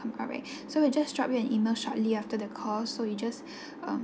alright so we'll just drop you an email shortly after the call so you just um